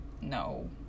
no